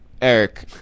Eric